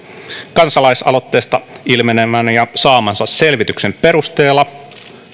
kansalaisaloitteesta ilmenevän ja saamansa selvityksen perusteella